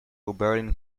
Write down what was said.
oberlin